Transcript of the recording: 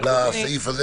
האכיפה,